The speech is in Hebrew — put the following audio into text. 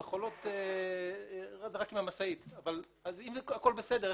אם הכל בסדר,